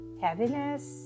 heaviness